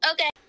Okay